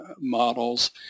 models